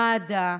מד"א,